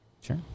Sure